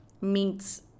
meets